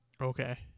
Okay